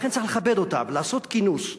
לכן, צריך לכבד אותם, ולעשות כינוס בירושלים,